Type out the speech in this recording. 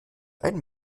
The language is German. ein